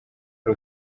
ari